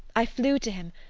i flew to him,